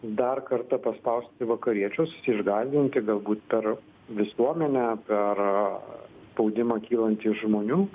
dar kartą paspausti vakariečius išgąsdinti galbūt per visuomenę per spaudimą kylantį iš žmonių